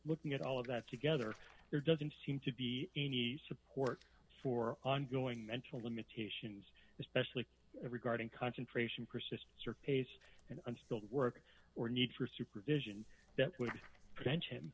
looking at all of that together there doesn't seem to be any support for ongoing mental limitations especially regarding concentration persists or pace and unskilled work or need for supervision